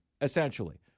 essentially